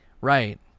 right